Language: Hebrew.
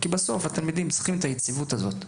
כי בסוף התלמידים צריכים את היציבות הזאת,